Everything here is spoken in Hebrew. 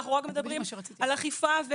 אנחנו מדברים על אכיפה,